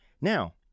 Now